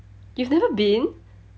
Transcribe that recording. you've never been